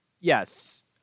Yes